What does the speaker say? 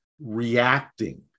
reacting